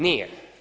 Nije.